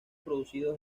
producidos